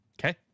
Okay